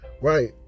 right